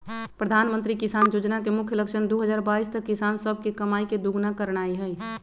प्रधानमंत्री किसान जोजना के मुख्य लक्ष्य दू हजार बाइस तक किसान सभके कमाइ के दुगुन्ना करनाइ हइ